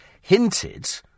hinted